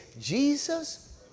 Jesus